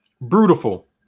Brutal